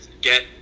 get